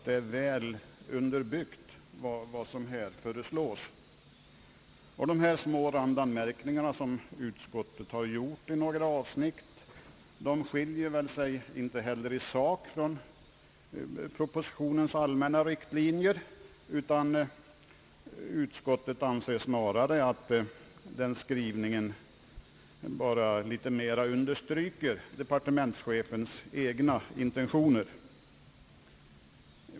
De små randanmärkningar som utskottet har gjort i några avsnitt skiljer sig väl i sak inte från propositionens allmänna riktlinjer. Utskottet anser snarare att denna skrivning understryker departementschefens egna intentioner.